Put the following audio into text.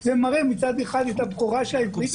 זה גם מראה את הבכורה של העברית,